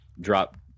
drop –